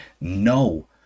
No